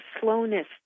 slowness